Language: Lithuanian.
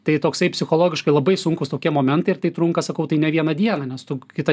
tai toksai psichologiškai labai sunkūs tokie momentai ir tai trunka sakau tai ne vieną dieną nes tu kitą